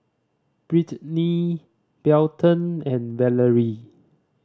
Brittnie Belton and Valerie